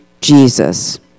Jesus